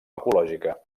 ecològica